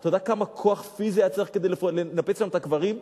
אתה יודע כמה כוח פיזי היה צריך כדי לנפץ שם את הקברים?